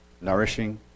Nourishing